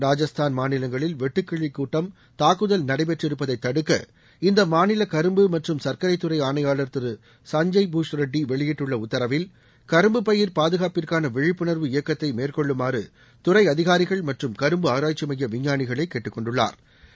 ராஜஸ்தான் மாநிலங்களில் வெட்டுக்கிளி கூட்டம் தாக்குதல் நடைபெற்று இருப்பதை தடுக்க இந்த மாநில கரும்பு மற்றும் சர்க்கரைத்துறை ஆணையாளர் திரு சஞ்சய் பூஷ்ரெட்டி வெளியிட்டுள்ள உத்தரவில் கரும்பு பயிர் பாதுகாப்பிற்கான விழிப்புணர்வு இயக்கத்தை மேற்கொள்ளுமாறு துறை அதிகாரிகள் மற்றும் கரும்பு ஆராய்ச்சி எமய விஞ்ஞானிகளை கேட்டுக்கொண்டுள்ளாா்